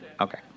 Okay